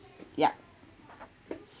yup